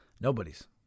nobody's